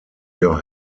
your